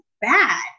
bad